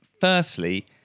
Firstly